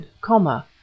comma